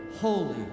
holy